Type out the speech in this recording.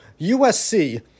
USC